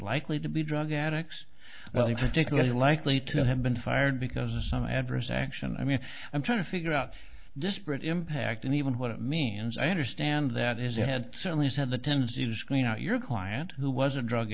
likely to be drug addicts well particularly likely to have been fired because of some adverse action i mean i'm trying to figure out disparate impact and even what it means i understand that is you had certainly had the tendency to screen out your client who was a drug